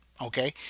Okay